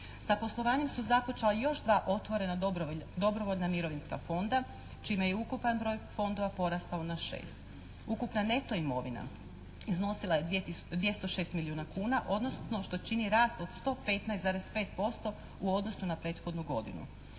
Sa poslovanjem su započela još dva otvorena dobrovoljna mirovinska fonda čime je ukupan broj fondova porastao na 6. Ukupna neto imovina iznosila je 206 milijuna kuna, odnosno što čini rast od 115,5% u odnosu na prethodnu godinu.